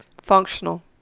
Functional